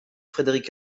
frédéric